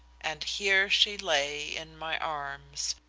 and here she lay in my arms,